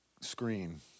screen